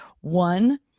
One